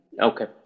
okay